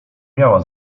miała